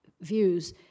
views